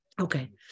Okay